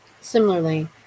similarly